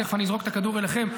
תכף אני אזרוק את הכדור אליכם,